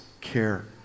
care